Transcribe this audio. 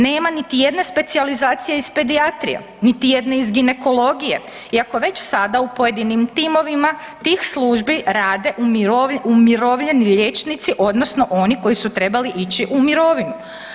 Nema niti jedne specijalizacije iz pedijatrije, niti jedne iz ginekologije iako već sada u pojedinim timovima tih službi rade umirovljeni liječnici odnosno oni koji su trebali ići u mirovinu.